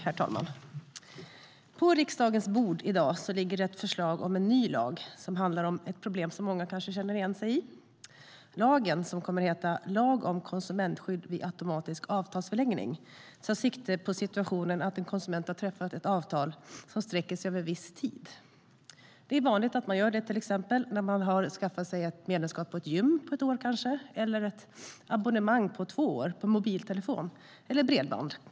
Herr talman! På riksdagens bord i dag ligger ett förslag om en ny lag som handlar om ett problem som många kan känna igen. Lagen som kommer att heta lag om konsumentskydd vid automatisk avtalsförlängning tar sikte på situationen att konsumenten har träffat ett avtal som sträcker sig över en viss tid. Det är vanligt att man gör det. Till exempel kan man skaffa ett medlemskap i ett gym på ett år eller ett abonnemang på mobiltelefoni eller bredband på två år.